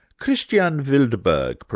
christian wildberg,